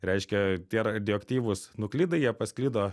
reiškia tie radioaktyvūs nuklidai jie pasklido